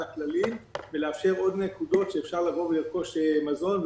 הכללים ולאפשר עוד נקודות שבהן אפשר לרכוש מזון.